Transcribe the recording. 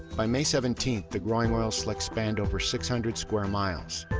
by may seventeenth, the growing oil slick spanned over six hundred square miles.